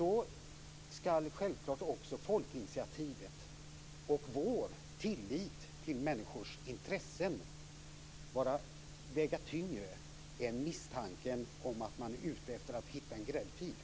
Då skall självklart också det folkliga initiativet och vår tillit till människors intressen väga tyngre än misstanken om att man är ute efter att hitta en gräddfil.